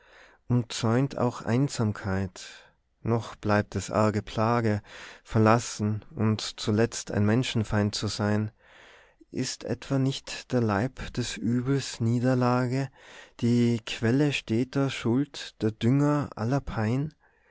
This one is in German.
und tugendhaft umzäumt auch einsamkeit noch bleibt es arge plage verlassen und zuletzt ein menschenfeind zu sein ist etwa nicht der leib des übels niederlage die quelle steter schuld der dünger aller pein